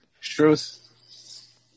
Truth